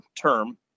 term